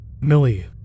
Millie